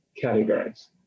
categories